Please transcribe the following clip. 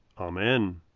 Amen